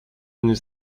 nous